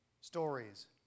stories